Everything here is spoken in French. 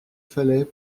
fallait